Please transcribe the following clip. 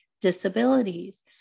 disabilities